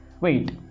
Wait